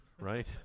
right